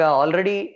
already